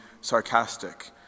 sarcastic